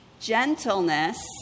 gentleness